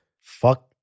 Fuck